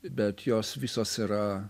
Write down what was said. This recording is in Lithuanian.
bet jos visos yra